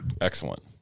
Excellent